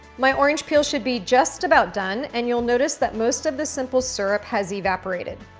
my orange peel should be just about done. and you'll notice that most of the simple syrup has evaporated.